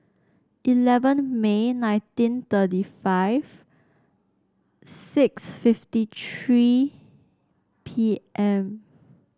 eleven May nineteen thirty five six fifty tree P M